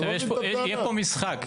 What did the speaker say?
עכשיו, יש פה, יהיה פה משחק.